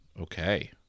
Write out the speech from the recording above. okay